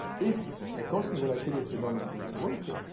if a constant volatility phenomenon doesn't work,